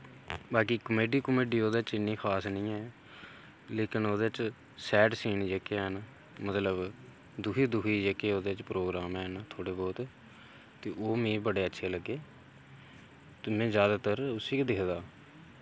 बाकी कमेडी कमुडी ओह्दे च इन्नी खास निं ऐ लेकिन ओह्दे च सैड सीन जेह्के हैन मतलब दुक्खी दुक्खी जेह्के ओह्दे च प्रोग्राम हैन थोह्ड़े बोह्त ते ओह् मिगी बड़े अच्छे लग्गे ते में जैदातर उस्सी गै दिखदा